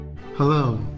Hello